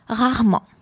rarement